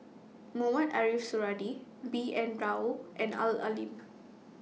Mohamed Ariff Suradi B N Rao and Al Lim